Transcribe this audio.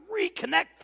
reconnect